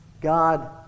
God